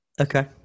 Okay